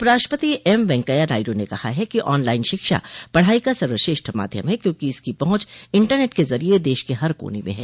उपराष्ट्रपति एम वैंकेया नायडू ने कहा है कि ऑनलाइन शिक्षा पढ़ाई का सर्वश्रेष्ठ माध्यम है क्योंकि इसकी पहुंच इंटरनेट के जरिए देश के हर कोने में है